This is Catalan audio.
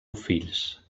fills